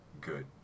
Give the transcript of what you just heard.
good